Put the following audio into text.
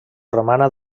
romana